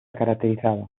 caracterizaba